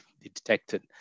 detected